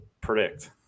predict